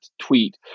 tweet